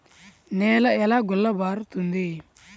నేల ఎలా గుల్లబారుతుంది?